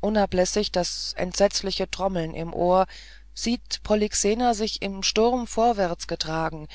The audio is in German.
unablässig das entsetzliche trommeln im ohr sieht polyxena sich im sturm vorwärts getragen